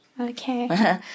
Okay